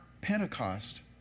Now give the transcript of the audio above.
Pentecost